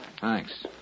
Thanks